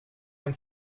ein